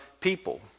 people